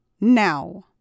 Now